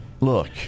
look